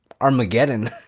Armageddon